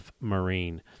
Marine